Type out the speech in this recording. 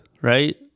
right